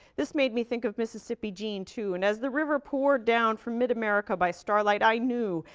this made me think of mississippi gene too and as the river poured down from mid america by starlight i knew,